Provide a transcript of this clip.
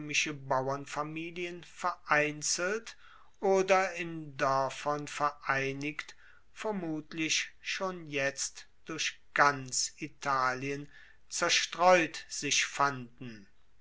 roemische bauernfamilien vereinzelt oder in doerfern vereinigt vermutlich schon jetzt durch ganz italien zerstreut sich fanden